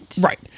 Right